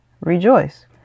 rejoice